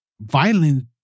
Violent